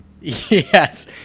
Yes